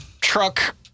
truck